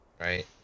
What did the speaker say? Right